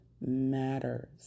matters